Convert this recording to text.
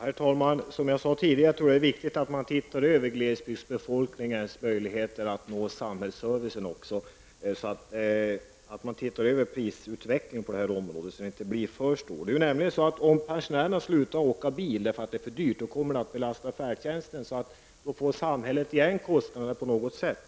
Herr talman! Jag tror, som jag sade tidigare, att det är viktigt att man ser över glesbygdsbefolkningens möjligheter att få samhällsservice. Prisutvecklingen får inte inverka alltför starkt i detta avseende. Om pensionärerna slutar att åka bil, därför att det är för dyrt, kommer färdtjänsten att belastas. Samhället drabbas alltså ändå av kostnaden på något sätt.